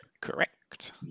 Correct